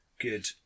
good